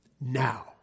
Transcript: now